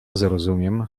zrozumiem